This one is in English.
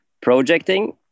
projecting